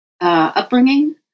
upbringing